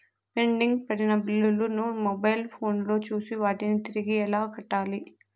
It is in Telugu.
పెండింగ్ పడిన బిల్లులు ను మొబైల్ ఫోను లో చూసి వాటిని తిరిగి ఎలా కట్టాలి